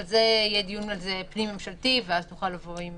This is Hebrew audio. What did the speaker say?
אבל יהיה על זה דיון פנים ממשלתי ואז נוכל לבוא עם